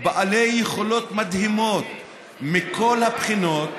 בעלי יכולות מדהימות מכל הבחינות